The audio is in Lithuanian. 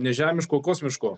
nežemiško kosmiško